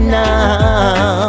now